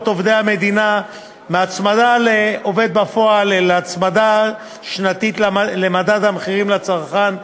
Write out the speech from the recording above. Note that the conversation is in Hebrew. עובדי המדינה מהצמדה לעובד בפועל להצמדה שנתית למדד המחירים לצרכן,